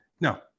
No